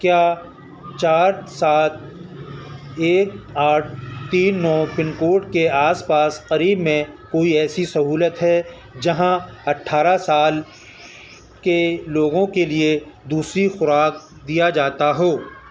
کیا چار سات ایک آٹھ تین نو پن کوڈ کے آس پاس قریب میں کوئی ایسی سہولت ہے جہاں اٹھارہ سال کے لوگوں کے لیے دوسری خوراک دیا جاتا ہو